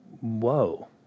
Whoa